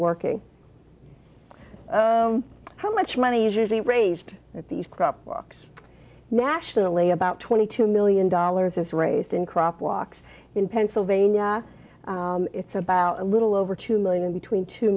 working how much money usually raised at these crop walks nationally about twenty two million dollars is raised in crop walks in pennsylvania it's about a little over two million between two